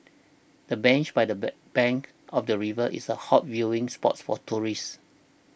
the bench by the bank of the river is a hot viewing spot for tourists